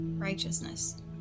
Righteousness